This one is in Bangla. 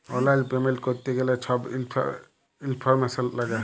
অললাইল পেমেল্ট ক্যরতে গ্যালে ছব ইলফরম্যাসল ল্যাগে